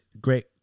great